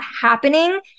happening